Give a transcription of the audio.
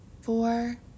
four